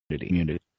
community